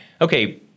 okay